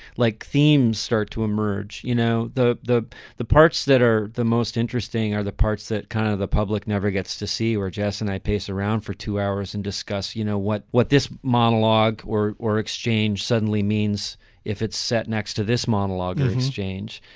like themes start to emerge. you know, the the the parts that are the most interesting are the parts that kind of the public never gets to see or jazz. and i pace around for two hours and discuss, you know, what what this monologue or or exchange suddenly means if it's sat next to this monologue and exchange.